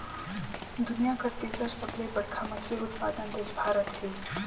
दुनिया कर तीसर सबले बड़खा मछली उत्पादक देश भारत हे